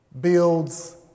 builds